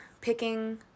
picking